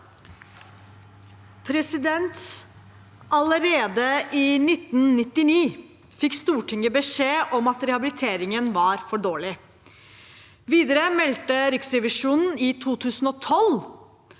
Allerede i 1999 fikk Stortinget beskjed om at rehabiliteringen var for dårlig. Videre meldte Riksrevisjonen i 2012